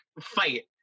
fight